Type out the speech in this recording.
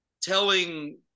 telling